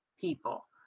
people